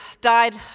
died